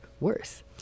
worse